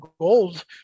gold